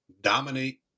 dominate